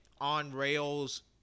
on-rails